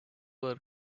were